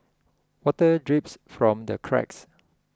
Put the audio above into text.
water drips from the cracks